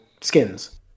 skins